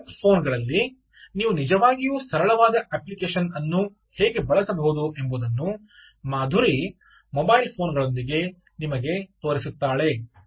Android ಫೋನ್ಗಳಲ್ಲಿ ನೀವು ನಿಜವಾಗಿಯೂ ಸರಳವಾದ ಅಪ್ಲಿಕೇಶನ್ ಅನ್ನು ಹೇಗೆ ಬಳಸಬಹುದು ಎಂಬುದನ್ನು ಮಾಧುರಿ ಮೊಬೈಲ್ ಫೋನ್ ಗಳೊಂದಿಗೆ ನಿಮಗೆ ತೋರಿಸುತ್ತಾಳೆ